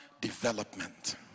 development